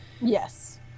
yes